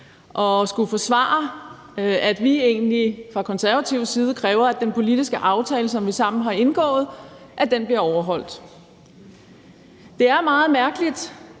og skulle forsvare, at vi fra Konservatives side egentlig kræver, at den politiske aftale, som vi sammen har indgået, bliver overholdt. Det er meget mærkeligt,